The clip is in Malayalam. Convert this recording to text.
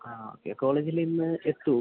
ആ ഓക്കെ കോളേജിലിന്ന് എത്തുമോ